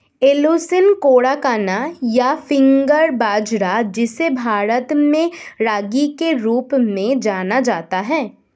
Eleusine coracana, या finger बाजरा, जिसे भारत में रागी के रूप में जाना जाता है